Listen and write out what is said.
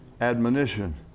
admonition